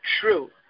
true